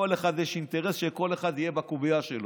לכל אחד יש אינטרס שכל אחד יהיה בקובייה שלו.